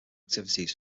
activities